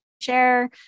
share